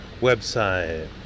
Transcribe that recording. website